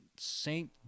Saint